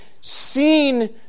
seen